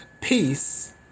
peace